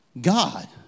God